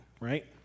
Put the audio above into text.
right